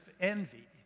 envy